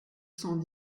cent